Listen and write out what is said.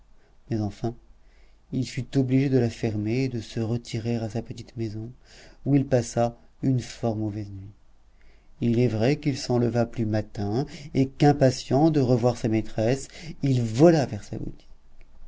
mais enfin il fut obligé de la fermer et de se retirer à sa petite maison où il passa une fort mauvaise nuit il est vrai qu'il s'en leva plus matin et qu'impatient de revoir sa maîtresse il vola vers sa boutique